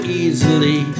easily